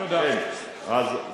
יודעים את זה, דרך אגב.